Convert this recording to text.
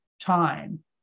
time